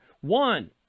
One